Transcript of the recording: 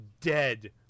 dead